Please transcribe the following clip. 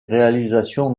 réalisations